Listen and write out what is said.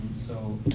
so,